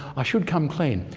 i should come clean.